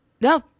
No